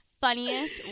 funniest